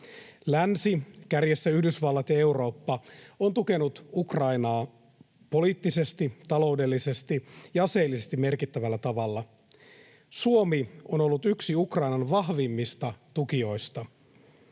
Länsi, kärjessä Yhdysvallat ja Eurooppa, on tukenut Ukrainaa poliittisesti, taloudellisesti ja aseellisesti merkittävällä tavalla. Suomi on ollut yksi Ukrainan vahvimmista tukijoista.